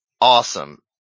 Awesome